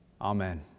Amen